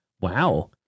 Wow